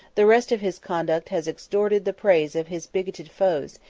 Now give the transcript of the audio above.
the rest of his conduct has extorted the praise of his bigoted foes,